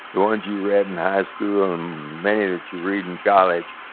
the ones you read in high school, and many that you read in college,